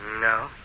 No